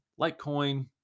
Litecoin